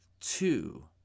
Two